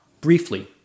briefly